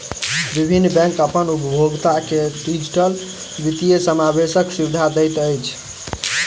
विभिन्न बैंक अपन उपभोगता के डिजिटल वित्तीय समावेशक सुविधा दैत अछि